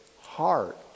heart